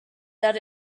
that